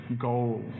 goal